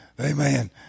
Amen